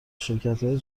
شرکتهای